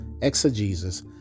exegesis